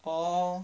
mm